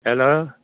hello